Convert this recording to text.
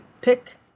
pick